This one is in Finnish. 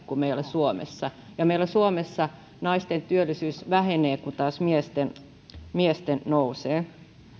kuin meillä suomessa meillä suomessa naisten työllisyys vähenee kun taas miesten miesten nousee